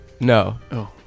no